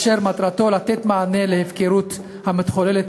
אשר מטרתו לתת מענה להפקרות המתחוללת